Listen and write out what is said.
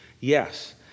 yes